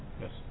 Yes